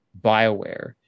Bioware